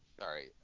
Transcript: Sorry